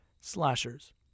slashers